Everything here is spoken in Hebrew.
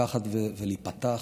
לקחת ולהיפתח,